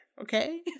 okay